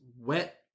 wet